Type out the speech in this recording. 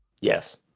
yes